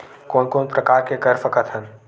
कोन कोन प्रकार के कर सकथ हन?